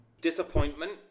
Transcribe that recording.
disappointment